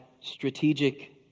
strategic